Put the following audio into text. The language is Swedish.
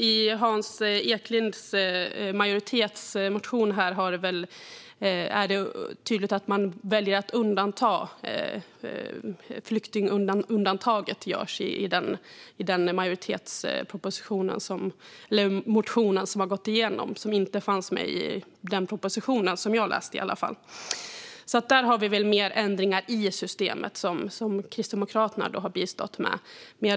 I Hans Eklinds majoritets motion, som har gått igenom, är det tydligt att det finns ett flyktingundantag. Detta fanns i alla fall inte med i den proposition som jag har läst. Det finns alltså ändringar i systemet som Kristdemokraterna har bistått med.